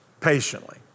patiently